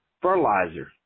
fertilizer